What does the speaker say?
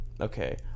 Okay